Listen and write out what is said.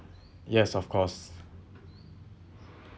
yes of course